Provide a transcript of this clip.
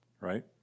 right